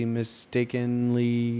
mistakenly